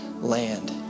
land